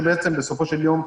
שבסופו של יום,